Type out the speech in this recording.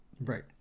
Right